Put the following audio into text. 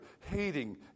hating